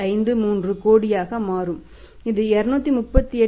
53 கோடியாக மாறும் இது 238